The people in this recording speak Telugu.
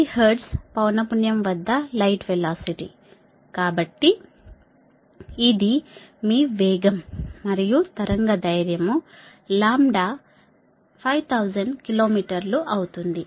85410 12 Fm కాబట్టి ఇది మీ వేగం మరియు తరంగ ధైర్ఘ్యము లాంబ్డా 5000 కిలో మీటర్లు అవుతుంది